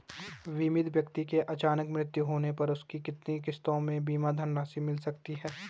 बीमित व्यक्ति के अचानक मृत्यु होने पर उसकी कितनी किश्तों में बीमा धनराशि मिल सकती है?